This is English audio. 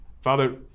Father